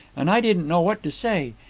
and i didn't know what to say.